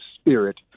spirit